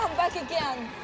back again.